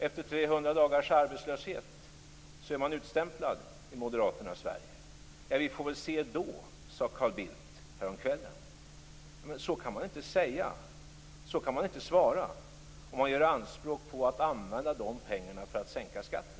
Efter 300 dagars arbetslöshet är man utstämplad i Moderaternas Sverige. Vi får väl se då, sade Carl Bildt häromkvällen. Så kan man inte säga, så kan man inte svara om man gör anspråk på att använda de pengarna för att sänka skatter.